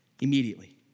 Immediately